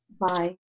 Bye